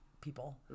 people